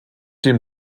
dem